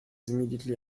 immediately